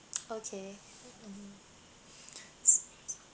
okay